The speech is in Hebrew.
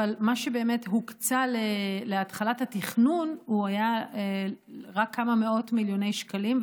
אבל מה שבאמת הוקצה להתחלת התכנון היה רק כמה מאות מיליוני שקלים,